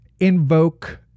Invoke